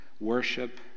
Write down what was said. worship